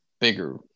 bigger